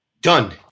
Done